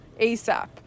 asap